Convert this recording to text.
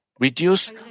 reduce